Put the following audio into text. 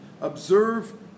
Observe